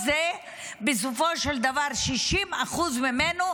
בסופו של דבר 60% מכל זה,